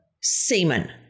semen